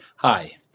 Hi